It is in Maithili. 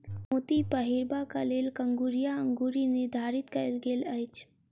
मोती पहिरबाक लेल कंगुरिया अंगुरी निर्धारित कयल गेल अछि